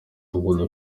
akunda